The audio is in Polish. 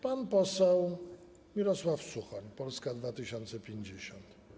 Pan poseł Mirosław Suchoń, Polska 2050.